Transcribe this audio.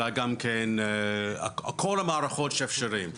אלא גם כן כל המערכות האפשריים,